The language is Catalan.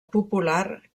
popular